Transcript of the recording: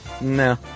No